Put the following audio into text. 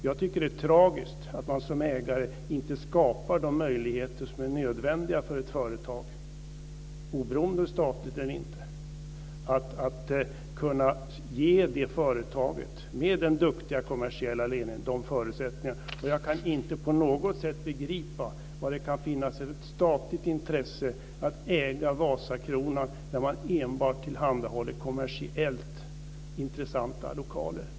Jag tycker att det är tragiskt att man som ägare inte skapar de möjligheter som är nödvändiga för ett företag, oberoende om det är statligt eller inte, och inte ger det företaget med den duktiga kommersiella ledningen de förutsättningarna. Jag kan inte på något sätt begripa vad det finns för statligt intresse att äga Vasakronan när man enbart tillhandahåller kommersiellt intressanta lokaler.